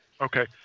okay